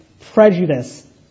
prejudice